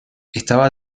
estaba